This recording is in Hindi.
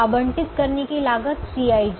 आवंटित करने की लागत Cijहै